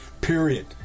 period